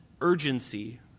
urgency